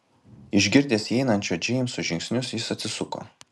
išgirdęs įeinančio džeimso žingsnius jis atsisuko